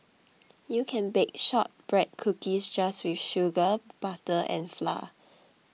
you can bake Shortbread Cookies just with sugar butter and flour